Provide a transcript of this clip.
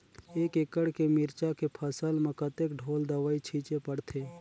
एक एकड़ के मिरचा के फसल म कतेक ढोल दवई छीचे पड़थे?